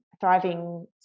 thriving